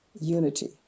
unity